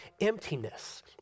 emptiness